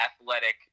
athletic